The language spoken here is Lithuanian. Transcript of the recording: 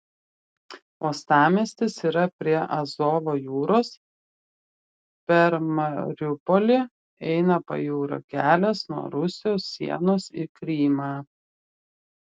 uostamiestis yra prie azovo jūros per mariupolį eina pajūrio kelias nuo rusijos sienos į krymą